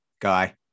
guy